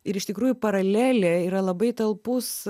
ir iš tikrųjų paralelė yra labai talpus